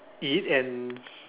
eat and